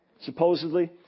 supposedly